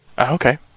okay